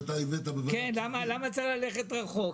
למה צריך ללכת רחוק,